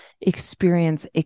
experience